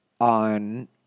on